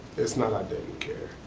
it's not, i didn't care.